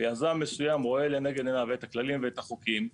ויזם מסוים רואה לנגד עיניו את הכללים ואת החוקים,